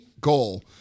goal